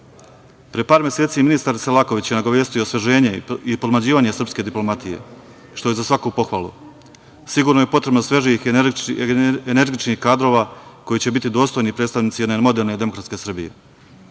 par meseci ministar Selaković nagovestio je osveženje i podmlađivanje srpske diplomatije, što je za svaku pohvalu. Sigurno je potrebno svežih i energičnih kadrova koji će biti dostojni predstavnici jedne moderne demokratske